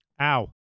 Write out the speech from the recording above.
Ow